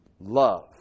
love